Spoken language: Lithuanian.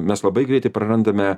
mes labai greitai prarandame